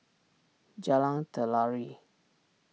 Jalan Telawi